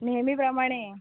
नेहमीप्रमाणे